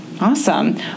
Awesome